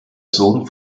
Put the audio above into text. sohn